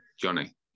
Johnny